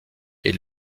est